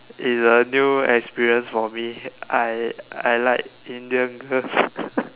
is a new experience for me I I like Indian girls